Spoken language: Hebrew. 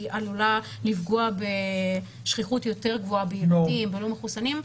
היא עלולה לפגוע בשכיחות גבוה יותר בילדים או בלא מחוסנים,